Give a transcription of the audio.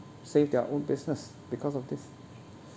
save their own business because of this